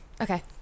Okay